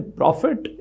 profit